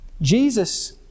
Jesus